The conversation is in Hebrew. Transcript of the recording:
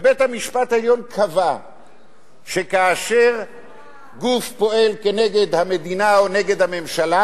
ובית-המשפט העליון קבע שכאשר גוף פועל נגד המדינה או נגד הממשלה,